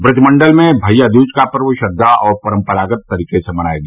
ब्रजमंडल में भइया दूज का पर्व श्रद्वा और परम्परागत तरीके से मनाया गया